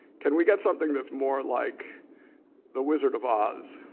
can we get something that's more like the wizard of oz,